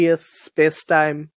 space-time